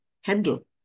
handle